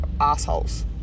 assholes